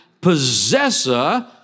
possessor